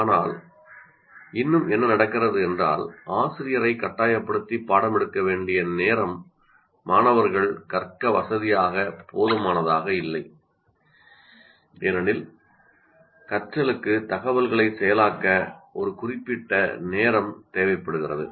ஆனால் இன்னும் என்ன நடக்கிறது என்றால் ஆசிரியரை கட்டாயப்படுத்தி பாடம் எடுக்க வேண்டிய நேரம் மாணவர்கள் கற்க வசதியாக போதுமானதாக இல்லை ஏனெனில் கற்றலுக்கு தகவல்களை செயலாக்க ஒரு குறிப்பிட்ட நேரம் தேவைப்படுகிறது